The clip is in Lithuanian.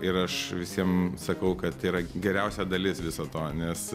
ir aš visiem sakau kad tai yra geriausia dalis viso to nes